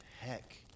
heck